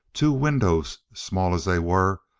two windows, small as they were,